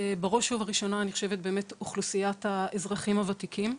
בראש ובראשונה אוכלוסיית האזרחים הוותיקים.